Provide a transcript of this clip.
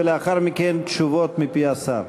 ולאחר מכן תשובות מפי השר.